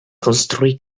konstrui